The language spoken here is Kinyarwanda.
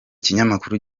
kinyamakuru